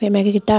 फिर में केह् कीता